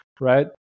right